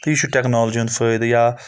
تہٕ یہِ چھُ ٹَیکنَالٕجِی ہُنٛد فایِدٕ یا